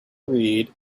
read